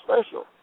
special